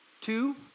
Two